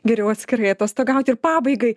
geriau atskirai atostogaut ir pabaigai